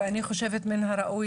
אני חושבת שמן הראוי,